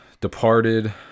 Departed